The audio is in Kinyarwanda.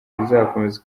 bizakomeza